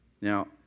Now